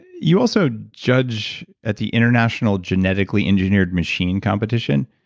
you also judged at the international genetically engineered machine competition.